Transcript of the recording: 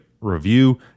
review